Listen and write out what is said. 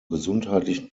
gesundheitlichen